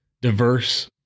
diverse